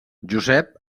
josep